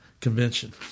Convention